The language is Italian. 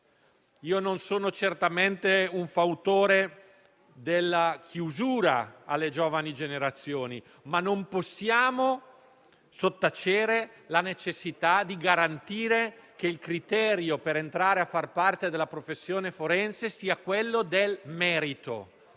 Non sono certamente un fautore della chiusura alle giovani generazioni, ma non possiamo sottacere la necessità di garantire che il criterio per entrare a far parte della professione forense sia quello del merito